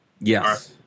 Yes